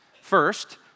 First